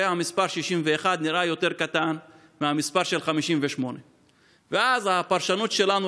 והמספר 61 נראה יותר קטן מהמספר 58. הפרשנות שלנו